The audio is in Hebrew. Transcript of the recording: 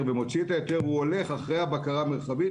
ומוציא את ההיתר והולך אחרי הבקרה המרחבית,